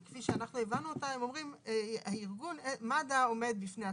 כפי שאנחנו הבנו אותה הם אומרים שמד"א עומד בפני עצמו,